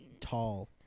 tall